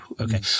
okay